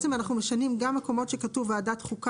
בכל מקום שכתוב ועדת החוקה